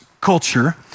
culture